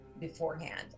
beforehand